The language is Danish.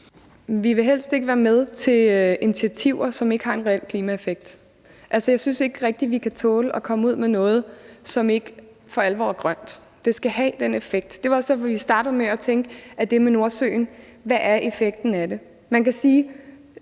Vi vil helst ikke være med til initiativer, som ikke har en reel klimaeffekt. Altså, jeg synes ikke rigtig, vi kan tåle at komme ud med noget, som ikke for alvor er grønt; det skal have en effekt. Det var også derfor, vi startede med at tænke: Hvad er effekten af det med Nordsøen? Man kan sige,